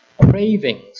cravings